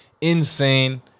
insane